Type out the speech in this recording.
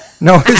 no